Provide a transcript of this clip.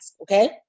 okay